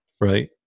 Right